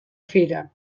fira